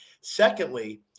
Secondly